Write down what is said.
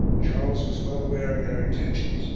charles was well aware of their intentions,